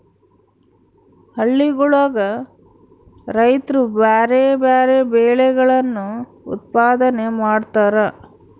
ಹಳ್ಳಿಗುಳಗ ರೈತ್ರು ಬ್ಯಾರೆ ಬ್ಯಾರೆ ಬೆಳೆಗಳನ್ನು ಉತ್ಪಾದನೆ ಮಾಡತಾರ